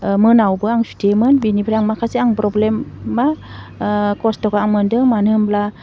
मोनायावबो आं सुथेयोमोन बिनिफ्राय आं माखासे आं प्रब्लेम मा खस्थ'खौ आं मोनदों मानो होमब्ला